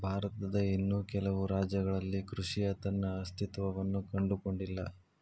ಭಾರತದ ಇನ್ನೂ ಕೆಲವು ರಾಜ್ಯಗಳಲ್ಲಿ ಕೃಷಿಯ ತನ್ನ ಅಸ್ತಿತ್ವವನ್ನು ಕಂಡುಕೊಂಡಿಲ್ಲ